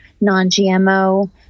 non-GMO